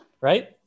right